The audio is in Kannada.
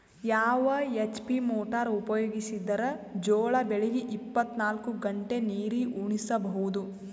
ಯಾವ ಎಚ್.ಪಿ ಮೊಟಾರ್ ಉಪಯೋಗಿಸಿದರ ಜೋಳ ಬೆಳಿಗ ಇಪ್ಪತ ನಾಲ್ಕು ಗಂಟೆ ನೀರಿ ಉಣಿಸ ಬಹುದು?